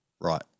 right